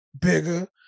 bigger